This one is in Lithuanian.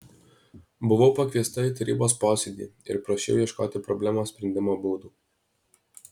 buvau pakviesta į tarybos posėdį ir prašiau ieškoti problemos sprendimo būdų